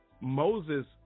Moses